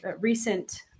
recent